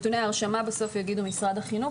ההרשמה, בסוף יאמר משרד החינוך.